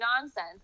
nonsense